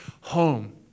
home